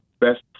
best